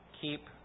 Keep